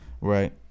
Right